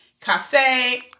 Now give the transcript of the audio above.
CAFE